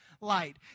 light